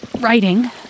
writing